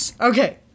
Okay